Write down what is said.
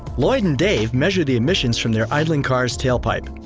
lloyd and dave measure the emissions from their idling car's tailpipe.